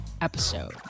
episode